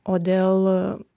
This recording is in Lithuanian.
o dėl